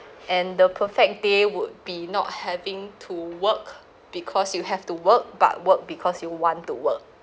and the perfect day would be not having to work because you have to work but work because you want to work